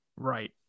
Right